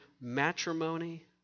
matrimony